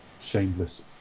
Shameless